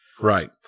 Right